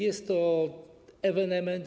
Jest to ewenement.